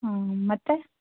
ಹ್ಞೂ ಮತ್ತೆ